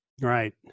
Right